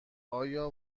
آیا